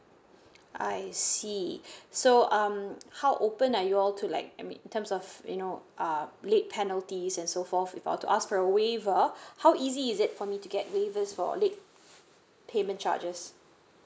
I see so um how open are your to like I mean in terms of you know uh late penalties and so forth if I'll to ask for a waiver how easy is it for me to get waiver for late payment charges